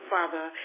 Father